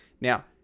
Now